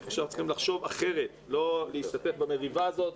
אנחנו עכשיו צריכים לחשוב אחרת ולא להשתתף במריבה הזאת.